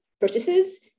purchases